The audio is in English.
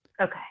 Okay